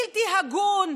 בלתי הגון,